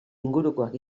ingurukoak